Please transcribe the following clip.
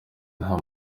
nta